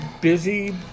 busy